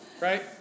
right